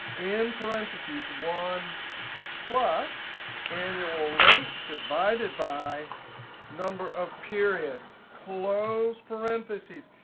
in parentheses one plus annual rate divided by number of periods close parentheses.